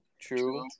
true